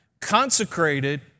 consecrated